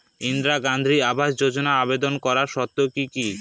ইন্দিরা গান্ধী আবাস যোজনায় আবেদন করার শর্ত কি কি?